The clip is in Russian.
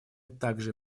также